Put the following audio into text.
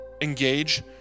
engage